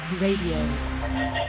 Radio